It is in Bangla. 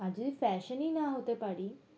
আর যদি ফ্যাশনই না হতে পারি